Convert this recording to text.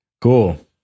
cool